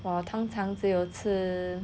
我通常只有吃